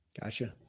Gotcha